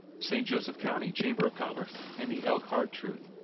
st. joseph county chamber of commerce. and the elkhart truth.